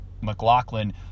McLaughlin